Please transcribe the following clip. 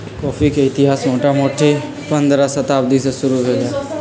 coffee के इतिहास मोटामोटी पंडह शताब्दी से शुरू भेल हइ